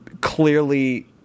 clearly